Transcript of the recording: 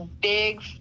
big